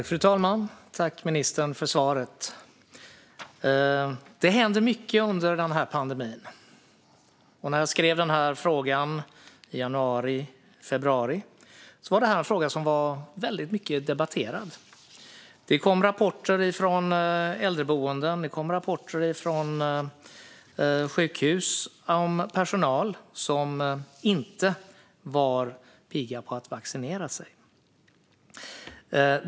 Fru talman! Tack, ministern, för svaret! Det händer mycket under pandemin. När jag skrev min interpellation i januari eller februari var den här frågan väldigt debatterad. Det kom rapporter från äldreboenden och sjukhus om personal som inte var pigga på att vaccinera sig.